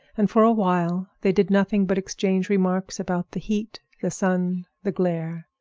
and for a while they did nothing but exchange remarks about the heat, the sun, the glare.